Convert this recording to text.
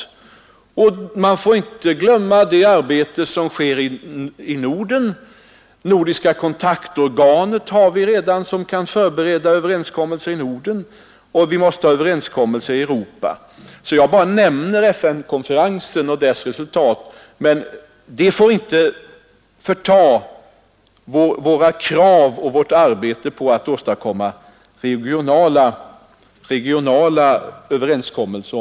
Man får inte glömma det arbete som sker i Norden. Vi har redan det nordiska kontaktorganet, som kan förbereda överenskommelser i Norden, och vi måste ha överenskommelser i Europa. Jag bara nämner FN-konferensen och dess resultat. Den får emellertid inte förta våra krav på och vårt arbete med att åstadkomma regionala överenskommelser.